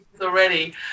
already